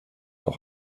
auch